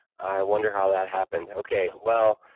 i wonder how that happened. okay, well,